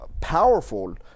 powerful